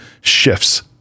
shifts